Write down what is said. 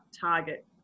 Target